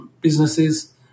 businesses